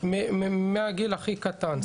מהגיל הכי קטן.